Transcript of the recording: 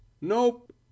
nope